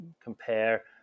compare